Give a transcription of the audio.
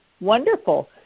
Wonderful